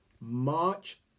march